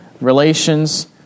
relations